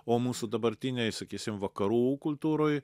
o mūsų dabartinėj sakysim vakarų kultūroj